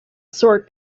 sort